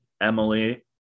emily